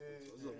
עזוב.